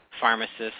pharmacists